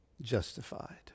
justified